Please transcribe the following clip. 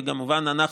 וכמובן אנחנו,